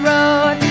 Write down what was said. Road